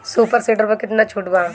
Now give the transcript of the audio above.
Super seeder पर केतना छूट बा?